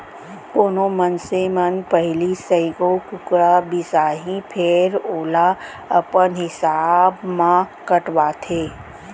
कोनो मनसे मन पहिली सइघो कुकरा बिसाहीं फेर ओला अपन हिसाब म कटवाथें